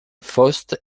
faust